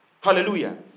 Hallelujah